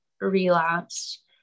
relapsed